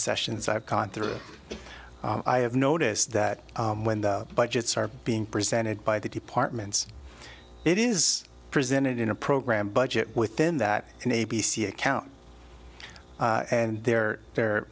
sessions i've gone through i have noticed that when the budgets are being presented by the departments it is presented in a program budget within that an a b c account and they're they're